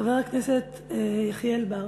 חבר הכנסת יחיאל בר,